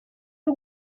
y’u